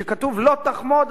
וכשכתוב "לא תחמוד",